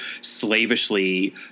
slavishly